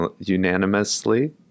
Unanimously